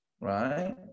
right